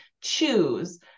choose